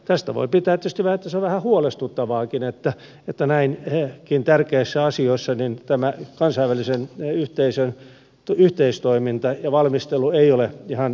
tästä voi tietysti päätellä että se on vähän huolestuttavaakin että näinkin tärkeissä asioissa tämän kansainvälisen yhteisön yhteistoiminta ja valmistelu eivät ole ihan riittävällä tasolla